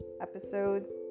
Episodes